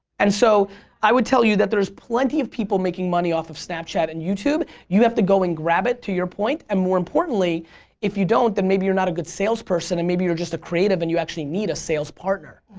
so i would tell you that there's plenty of people making money off of snapchat and youtube, you have to go and grab it to your point and more importantly if you don't then maybe you're not a good salesperson and maybe you're just a creative and you actually need a sales partner.